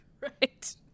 Right